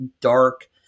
dark